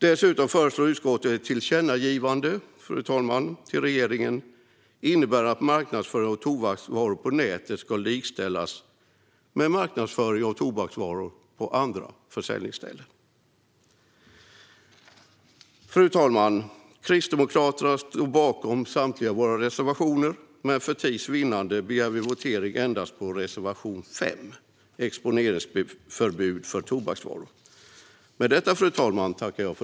Utskottet föreslår dessutom ett tillkännagivande till regeringen om att marknadsföring av tobaksvaror på nätet ska likställas med marknadsföring av tobaksvaror på andra försäljningsställen. Fru talman! Vi i Kristdemokraterna står bakom samtliga våra reservationer, men för tids vinnande yrkar vi bifall till endast reservation 5, Exponeringsförbud för tobaksvaror.